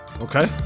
Okay